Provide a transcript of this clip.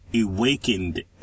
awakened